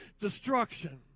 destruction